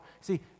See